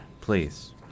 Please